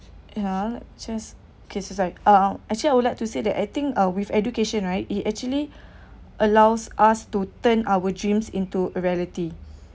ya just cases right uh actually I would like to say that I think uh with education right it actually allows us to turn our dreams into reality